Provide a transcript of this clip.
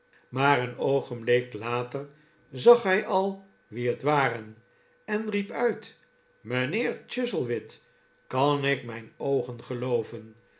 maar een oogenblik later zag hij al wie het waren en riep uit mijnheer chuzzlewit kan ik mijn oogen gelooven